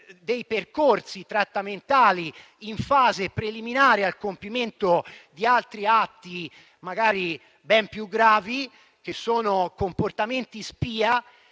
dei percorsi trattamentali in fase preliminare al compimento di altri atti, magari ben più gravi, che sono comportamenti spia.